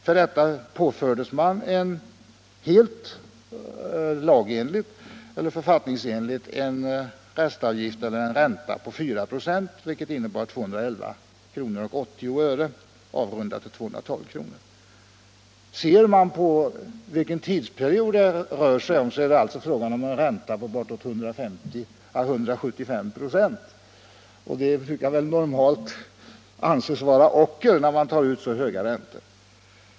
För detta påfördes man en helt författningsenlig ränta på 4 96, vilket innebar 211 kr. 80 öre, avrundat till 212 kr. Ser man på vilken tidsperiod det rör sig om är det alltså fråga om en ränta på bortåt 150-175 926. Det brukar väl normalt anses vara ocker när man tar ut så höga räntor.